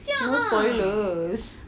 you spoilers